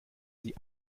sie